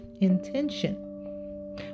intention